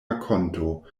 rakonto